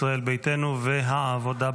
ישראל ביתנו והעבודה,